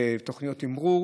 ובתוכניות תמרור.